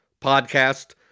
podcast